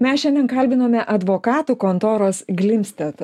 mes šiandien kalbinome advokatų kontoros glimstet